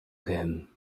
him